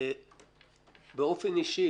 באופן אישי,